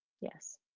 Yes